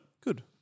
Good